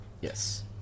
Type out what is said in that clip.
Yes